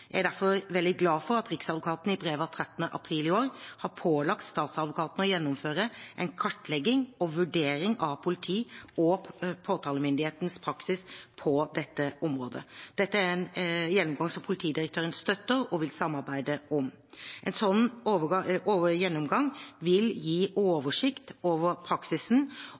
Jeg er derfor veldig glad for at Riksadvokaten i brev av 13. april i år har pålagt statsadvokatene å gjennomføre en kartlegging og vurdering av politi og påtalemyndighets praksis på dette området. Dette er en gjennomgang som politidirektøren støtter, og vil samarbeide om. En slik gjennomgang vil gi oversikt over praksisen